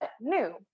New